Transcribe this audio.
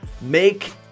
Make